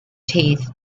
teeth